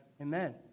Amen